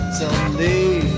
someday